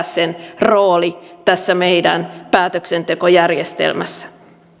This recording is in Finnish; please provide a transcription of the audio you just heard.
sen rooli tässä meidän päätöksentekojärjestelmässä